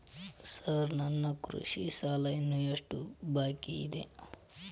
Sir ನನ್ನ ಕೃಷಿ ಸಾಲ ಇನ್ನು ಎಷ್ಟು ಬಾಕಿಯಿದೆ?